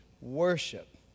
worship